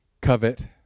covet